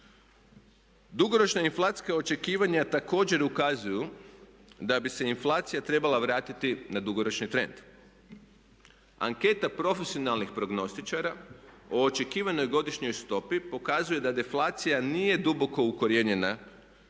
Dugoročna inflacijska očekivanja također ukazuju da bi se inflacija trebala vratiti na dugoročni trend. Anketa profesionalnih prognostičara o očekivanoj godišnjoj stopi pokazuje da deflacija nije duboko ukorijenjena